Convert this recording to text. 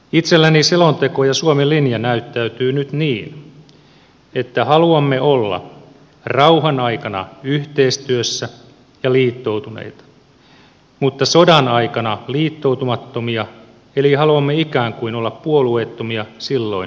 itselleni selonteko ja suomen linja näyttäytyy nyt niin että haluamme olla rauhan aikana yhteistyössä ja liittoutuneita mutta sodan aikana liittoutumattomia eli haluamme ikään kuin olla puolueettomia silloin kun sota syttyisi